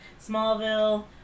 Smallville